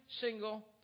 single